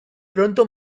pronto